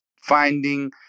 finding